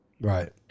Right